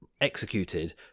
executed